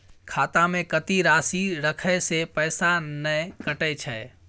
खाता में कत्ते राशि रखे से पैसा ने कटै छै?